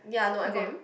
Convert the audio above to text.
clear for them